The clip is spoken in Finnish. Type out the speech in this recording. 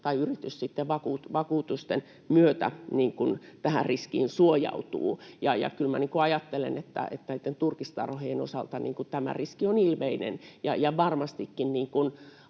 tai yritys vakuutusten myötä tähän riskiin varautuu, ja kyllä ajattelen, että turkistarhojen osalta tämä riski on ilmeinen.